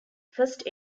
first